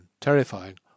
terrifying